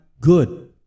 good